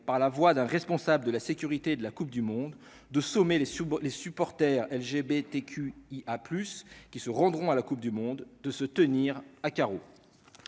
par la voie d'un responsable de la sécurité de la Coupe du monde de sommer les sous les supporters LGBTQ il a plus qui se rendront à la Coupe du monde de se tenir à carreau,